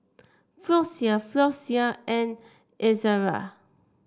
Floxia Floxia and Ezerra